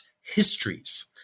histories